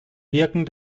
wirken